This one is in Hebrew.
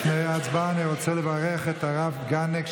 לפני ההצבעה אני רוצה לברך את הרב גנק,